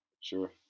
sure